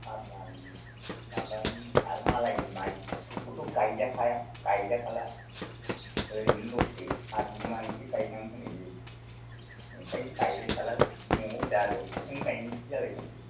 खामलानि माबानि आरो मालायनि माइफोरखौथ' गायजाखाया गायजाखाला ओरैनो लस सो हा बिगुमानोसो गायनानै होनाय जायो नंखायनो गायबाय थालालां न'आव जा दं बेखौनो गायनोसै जालायलांबाय